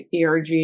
ERG